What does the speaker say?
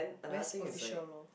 very superficial loh